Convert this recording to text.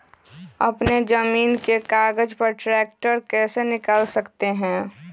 अपने जमीन के कागज पर ट्रैक्टर कैसे निकाल सकते है?